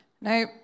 no